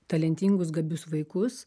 talentingus gabius vaikus